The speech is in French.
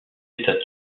états